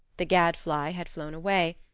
the gadfly had flown away,